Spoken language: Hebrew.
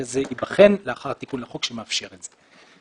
הזה ייבחן לאחר התיקון לחוק שמאפשר זאת.